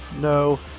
no